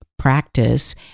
practice